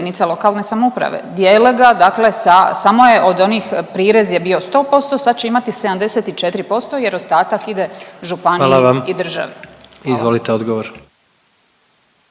hvala vam. Izvolite odgovor